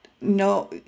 no